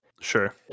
Sure